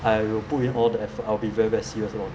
I will put in all the effort I'll be very very serious lor